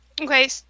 okay